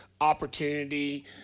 opportunity